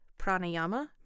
pranayama